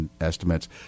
estimates